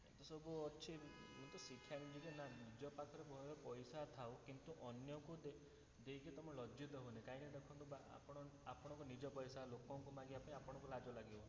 ଏ ତ ସବୁ ଅଛି ଇଏତ ଶିକ୍ଷା ମିଳୁଛି ଯେ ନା ନିଜ ପାଖରେ ପଇସା ଥାଉ କିନ୍ତୁ ଅନ୍ୟକୁ ଦେ ଦେଇକି ତୁମେ ଲଜ୍ଜିତ ହୁଅନି କାହିଁକିନା ଦେଖନ୍ତୁ ବା ଆପଣ ଆପଣଙ୍କ ନିଜ ପଇସା ଲୋକଙ୍କୁ ମାଗିବା ପାଇଁ ଆପଣଙ୍କୁ ଲାଜ ଲାଗିବ